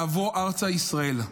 ואבוא ארצה ישראל.